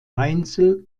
einzel